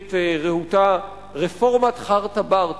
בעברית רהוטה, "רפורמת חארטה ברטה"